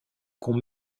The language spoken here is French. qu’on